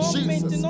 Jesus